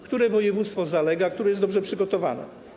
Które województwo z tym zalega, a które jest dobrze przygotowane?